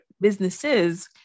businesses